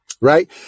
right